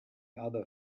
other